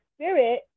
spirit